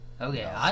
Okay